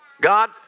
God